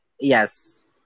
Yes